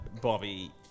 Bobby